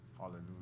Hallelujah